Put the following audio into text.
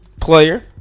player